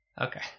okay